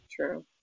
True